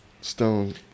Stone